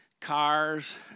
cars